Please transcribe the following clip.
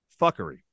fuckery